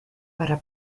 para